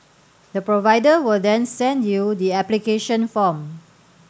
the provider will then send you the application form